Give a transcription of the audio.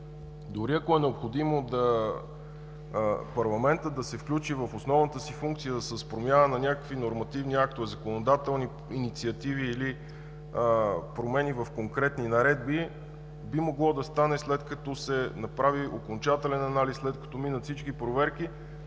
дори ако е необходимо парламентът да се включи в основната си функция с промяна на някакви нормативни актове, законодателни инициативи или промени в конкретни наредби, би могло да стане след като се направи окончателен анализ, след като минат всички проверки.